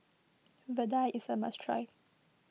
Vadai is a must try